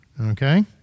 okay